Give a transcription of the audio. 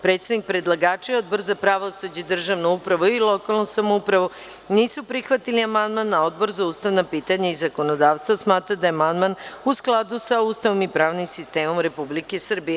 Predstavnik predlagača i Odbor za pravosuđe, državnu upravu i lokalnu samoupravu nisu prihvatili amandman, a Odbor za ustavna pitanja i zakonodavstvo smatra da je amandman u skladu sa Ustavom i pravnim sistemom Republike Srbije.